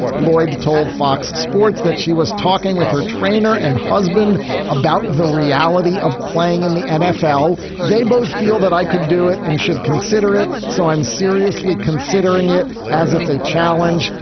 lloyd told fox sports that she was talking with her trainer and husband about the reality of playing in the nfl. they both feel that i could do it and should consider it. so i'm seriously considering it as it's a challenge.